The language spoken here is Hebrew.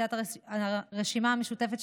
סיעת הרשימה המשותפת,